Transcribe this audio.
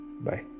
Bye